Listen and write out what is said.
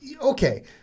Okay